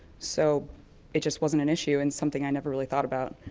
so it just wasn't an issue and something i never really thought about,